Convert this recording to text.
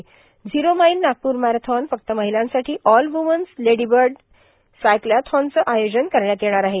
र्भाझरो mile Nagpur marathon फक्त र्माहलांसाठो all women's lady bird सायक्लाथानचं आयोजन करण्यात येणार आहे